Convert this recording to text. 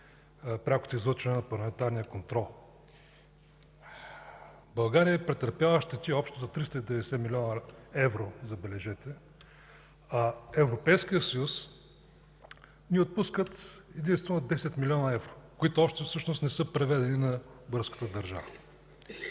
прякото излъчване на парламентарния контрол! България е претърпяла щети общо за 390 млн. евро, забележете, а Европейският съюз ни отпускат единствено 10 млн. евро, които още не са преведени на българската държава.